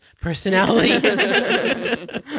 personality